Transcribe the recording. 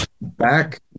back